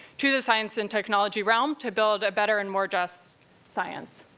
to the science and technology realm, to build a better and more just science.